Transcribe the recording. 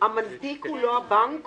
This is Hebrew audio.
המנפיק הוא לא הבנק?